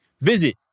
visit